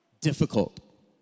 difficult